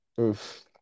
Oof